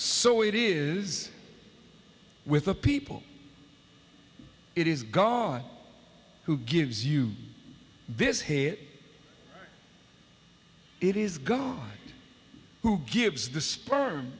so it is with the people it is gone who gives you this it is good who gives the sperm